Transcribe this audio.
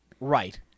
Right